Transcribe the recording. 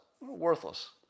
worthless